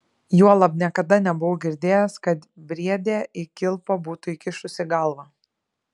juolab niekada nebuvau girdėjęs kad briedė į kilpą būtų įkišusi galvą